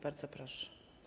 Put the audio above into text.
Bardzo proszę.